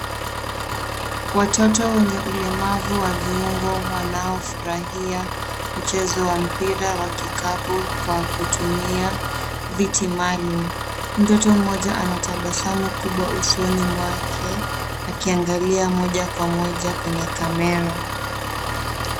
Watoto wenye ulemavu wa viungo wanaofurahia mchezo wa mpira wa kikapu kwa kutumia viti maalumu. Mtoto mmoja anatabasamu kubwa usoni mwake, akiangalia moja kwa moja kwenye kamera.